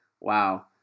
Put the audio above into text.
Wow